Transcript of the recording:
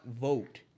vote